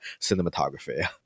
cinematography